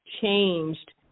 changed